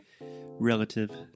relative